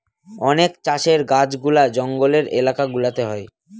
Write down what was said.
অনেক চাষের কাজগুলা জঙ্গলের এলাকা গুলাতে হয়